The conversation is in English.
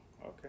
okay